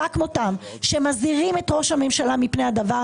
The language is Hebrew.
כמותם שמזהירים את ראש הממשלה מפני זה.